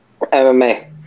MMA